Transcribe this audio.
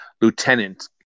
lieutenant